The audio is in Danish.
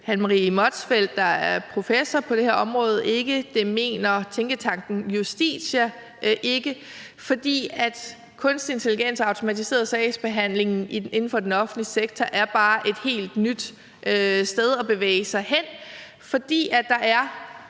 Hanne Marie Motzfeldt, der er professor på det her område, ikke, og det mener tænketanken Justitia heller ikke. For kunstig intelligens og automatiseret sagsbehandling inden for den offentlige sektor er bare et helt nyt sted at bevæge sig hen, fordi der er